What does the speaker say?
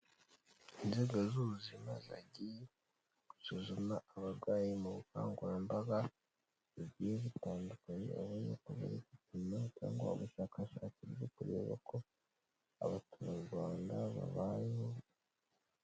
Inzego z'ubuzima zagiye gusuzuma abarwayi mu bukangurambaga bugiye butandukanye babonafatanya cyangwa ubushakashatsi bwo kureba uko abatura Rwanda babayeho.